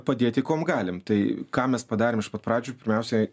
padėti kuom galim tai ką mes padarėm iš pat pradžių pirmiausia